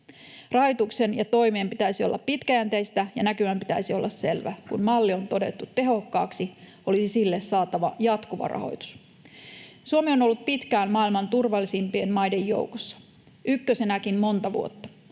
Rahoituksen ja toimien pitäisi olla pitkäjänteisiä, ja näkymän pitäisi olla selvä. Kun malli on todettu tehokkaaksi, olisi sille saatava jatkuva rahoitus. Suomi on ollut pitkään maailman turvallisimpien maiden joukossa, ykkösenäkin monta vuotta.